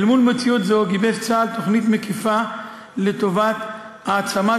אל מול מציאות זו גיבש צה"ל תוכנית מקיפה לטובת העצמת